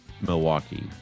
Milwaukee